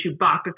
chewbacca